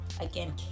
again